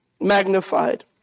magnified